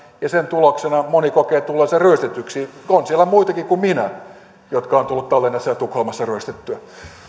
ja sen tuloksena moni kokee tulleensa ryöstetyksi on siellä muitakin kuin minä jotka ovat tulleet tallinnassa ja tukholmassa ryöstetyiksi